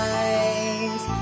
eyes